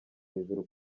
hejuru